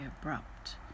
abrupt